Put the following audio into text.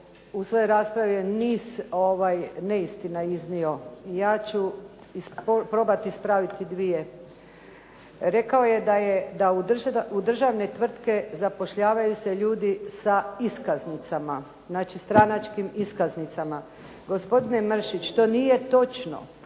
u svojoj raspravi je niz neistina iznio. Ja ću probati ispraviti dvije. Rekao je da u državne tvrtke zapošljavaju se ljudi sa iskaznicama, znači stranačkim iskaznicama. Gospodine Mršić, to nije točno,